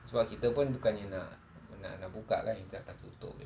sebab kita pun bukannya nak nak nak buka kan kita akan tutup jer